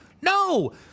No